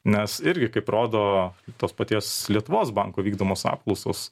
nes irgi kaip rodo tos paties lietuvos banko vykdomos apklausos